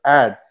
add